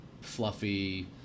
fluffy